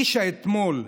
איש האתמול,